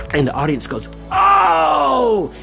and the audience goes ah oh!